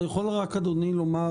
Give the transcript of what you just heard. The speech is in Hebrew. אתה יכול רק לומר,